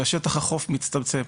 ושטח החוף מצטמצם.